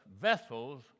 vessels